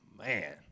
Man